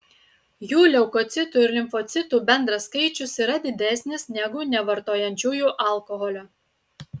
jų leukocitų ir limfocitų bendras skaičius yra didesnis negu nevartojančiųjų alkoholio